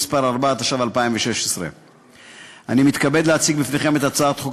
אני מתכבד להציג בפניכם את הצעת חוק